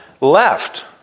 left